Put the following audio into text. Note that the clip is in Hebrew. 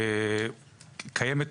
קיימת תוכנית.